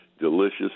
delicious